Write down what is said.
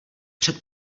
před